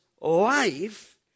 life